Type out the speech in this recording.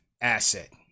asset